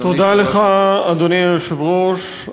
אדוני היושב-ראש,